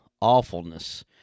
awfulness